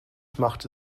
machte